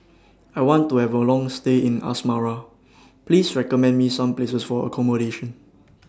I want to Have A Long stay in Asmara Please recommend Me Some Places For accommodation